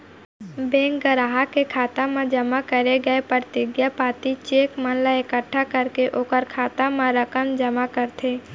bank गराहक के खाता म जमा करे गय परतिगिया पाती, चेक मन ला एकट्ठा करके ओकर खाता म रकम जमा करथे